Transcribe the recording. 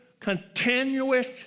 Continuous